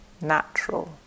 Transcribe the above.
natural